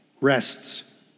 rests